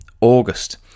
august